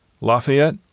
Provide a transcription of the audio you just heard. Lafayette